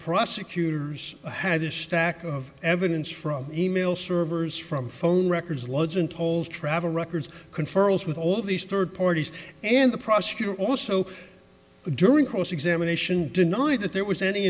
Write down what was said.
prosecutors had this stack of evidence from email servers from phone records luggage and tolls travel records conferring with all of these third parties and the prosecutor also during cross examination denied that there was any